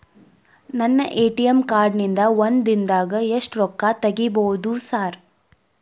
ನನ್ನ ATM card ನಿಂದಾ ಒಂದ್ ದಿಂದಾಗ ಎಷ್ಟ ರೊಕ್ಕಾ ತೆಗಿಬೋದು ಸಾರ್?